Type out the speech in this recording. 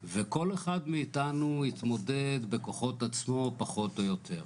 וכל אחד מאיתנו התמודד בכוחות עצמו פחות או יותר.